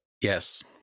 Yes